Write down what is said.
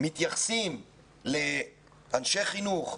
ברגע שמתייחסים לאנשי חינוך,